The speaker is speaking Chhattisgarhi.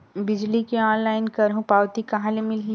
बिजली के ऑनलाइन करहु पावती कहां ले मिलही?